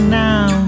now